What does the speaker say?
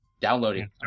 Downloading